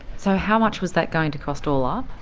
so how much was that going to cost all up?